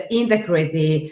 integrity